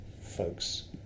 folks